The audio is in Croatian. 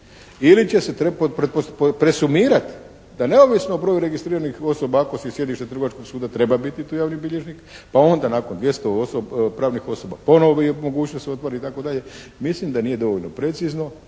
ili će se presumirati da neovisno o broju registriranih osoba ako se sjedište Trgovačkog suda treba biti tu javni bilježnik, pa onda nakon 200 pravnih osoba …/Govornik se ne razumije./… itd. mislim da nije dovoljno precizno